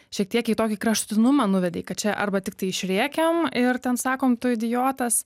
šiek tiek į tokį kraštutinumą nuvedei kad čia arba tiktai išrėkiam ir ten sakom tu idiotas